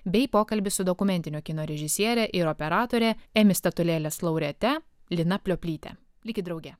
bei pokalbis su dokumentinio kino režisiere ir operatore emmy statulėlės laureate lina plioplytė likit drauge